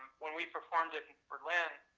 when we performed it in berlin,